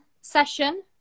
session